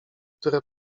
które